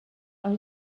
are